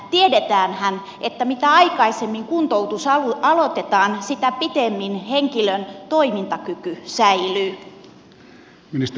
tiedetäänhän että mitä aikaisemmin kuntoutus aloitetaan sitä pidemmin henkilön toimintakyky säilyy